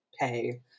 pay